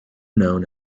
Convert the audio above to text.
known